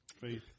Faith